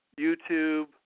YouTube